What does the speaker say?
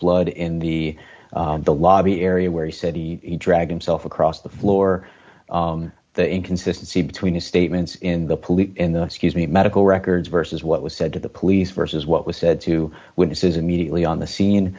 blood in the the lobby area where he said he dragged himself across the floor the inconsistency between his statements in the police in the excuse me medical records versus what was said to the police versus what was said to witnesses immediately on the scene